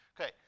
Okay